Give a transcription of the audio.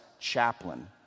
chaplain